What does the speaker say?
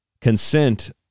consent